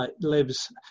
lives